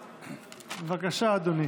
בבקשה, אדוני.